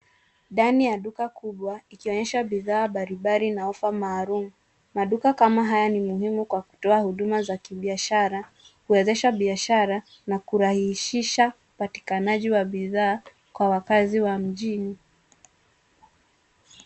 Ndani ya duka kubwa ikionyesha bidhaa mbalimbali na ofa maalum. Maduka kama haya ni muhimu kwa kutoa huduma za kibiashara, kuwezesha biashara na kurahisisha upatikanaji wa bidhaa kwa wakazi wa mjini.